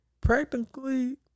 practically